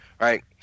right